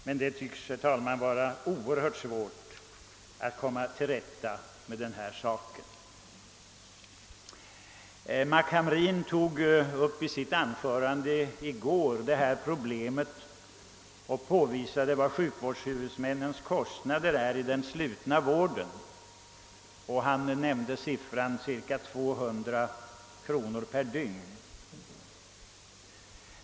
Men det tycks, herr talman, vara oerhört svårt att komma till rätta med denna sak. Herr Hamrin i Kalmar tog i sitt anförande i går upp problemet och påvisade att huvudmännens kost nader i den slutna vården utgör cirka 200 kronor per plats och dygn.